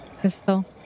Crystal